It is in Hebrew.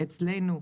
אצלנו,